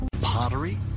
Pottery